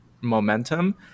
momentum